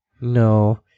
no